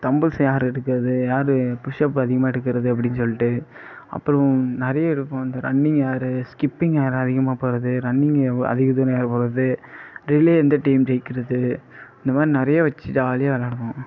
dumbbells யார் எடுக்கிறது யார் புஷ்அப் அதிகமாக எடுக்கிறது அப்படின்னு சொல்லிகிட்டு அப்பறம் நிறையா இருக்கும் இந்த ரன்னிங் யார் ஸ்கிப்பிங் யார் அதிகமாக போகிறது ரன்னிங் அதிகமாக யார் போகிறது ரிலே எந்த டீம் ஜெயிக்கிறது இந்த மாதிரி நிறையா வெச்சு ஜாலியாக விளாடுவோம்